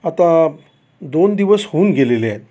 आता दोन दिवस होऊन गेलेले आहेत